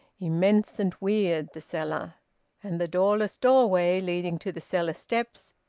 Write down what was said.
immense and weird, the cellar and the doorless doorway, leading to the cellar steps,